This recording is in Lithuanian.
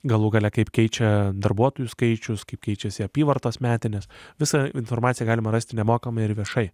galų gale kaip keičia darbuotojų skaičius kaip keičiasi apyvartos metinės visą informaciją galima rasti nemokamai ir viešai